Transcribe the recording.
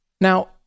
Now